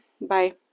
Bye